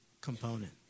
component